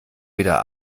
wieder